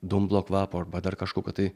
dumblo kvapo arba dar kažkokio tai